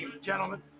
gentlemen